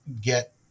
get